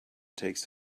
takes